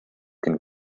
can